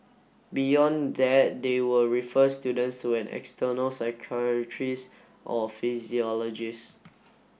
beyond that they will refer students to an external psychiatrist or physiologist